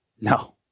No